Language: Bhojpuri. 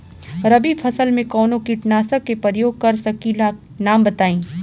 रबी फसल में कवनो कीटनाशक के परयोग कर सकी ला नाम बताईं?